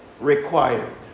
required